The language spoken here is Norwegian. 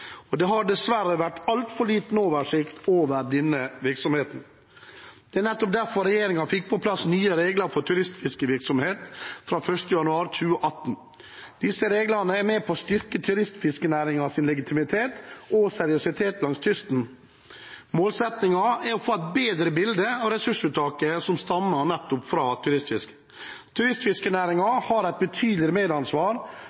og det har dessverre vært altfor liten oversikt over denne virksomheten. Det er nettopp derfor regjeringen fikk på plass nye regler for turistfiskevirksomhet fra 1. januar 2018. Disse reglene er med på å styrke turistfiskenæringens legitimitet og seriøsitet langs kysten. Målsettingen er å få et bedre bilde av ressursuttaket som stammer nettopp fra